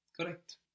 correct